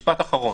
משפט אחרון.